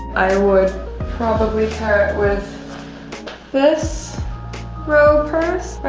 i would probably pair it with this row purse, right?